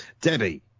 debbie